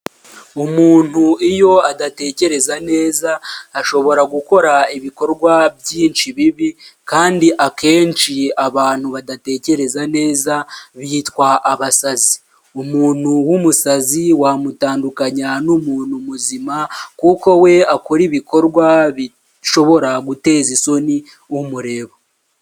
Umuntu iyo adatekereza neza ashobora gukora ibikorwa byinshi bibi kandi akenshi abantu badatekereza neza bitwa abasazi, umuntu w'umusazi wamutandukanya n'umuntu muzima kuko we akora ibikorwa bishobora guteza isoni umureba.